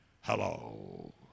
Hello